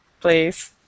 Please